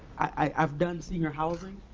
i've done senior housing,